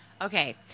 Okay